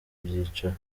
ibyicaro